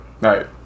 Right